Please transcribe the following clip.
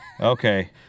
Okay